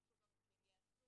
חשוב לנו שהן ייעשו.